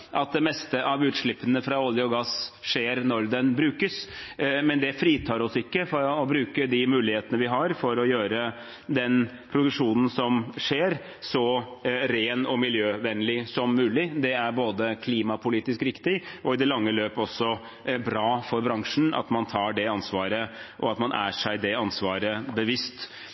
at det meste av utslippene fra olje og gass skjer når det brukes, men det fritar oss ikke fra å bruke de mulighetene vi har for å gjøre den produksjonen som skjer, så ren og miljøvennlig som mulig. Det er klimapolitisk riktig, og i det lange løp er det også bra for bransjen at man tar det ansvaret og er seg det ansvaret bevisst.